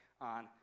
on